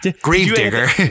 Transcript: Gravedigger